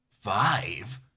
Five